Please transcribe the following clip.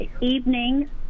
evening